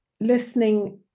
listening